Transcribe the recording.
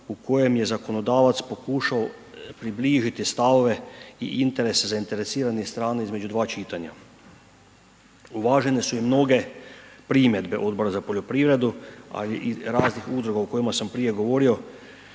u kojem je zakonodavac pokušao približiti stavove i interese zainteresiranih strana između dva čitanja. Uvažene su i mnoge primjedbe Odbora za poljoprivredu ali i raznih udruga o kojima sam prije govorio